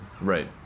Right